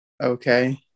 Okay